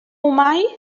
معي